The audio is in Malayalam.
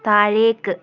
താഴേക്ക്